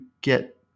get